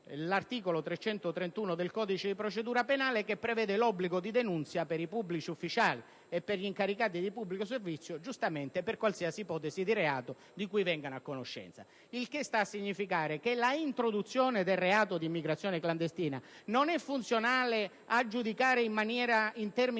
l'articolo 331 del codice di procedura penale, che prevede l'obbligo di denunzia, giustamente, per i pubblici ufficiali e per gli incaricati di pubblico servizio per qualsiasi ipotesi di reato di cui vengano a conoscenza. Ciò sta a significare che l'introduzione del reato di immigrazione clandestina non è funzionale a giudicare in termini di